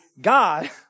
god